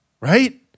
Right